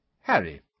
Harry